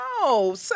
no